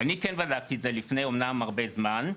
אני כן בדקתי את זה לפני, אמנם הרבה זמן.